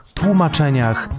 tłumaczeniach